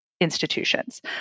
institutions